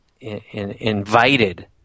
invited